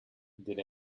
did